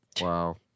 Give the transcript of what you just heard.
Wow